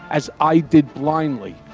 as i did blindly,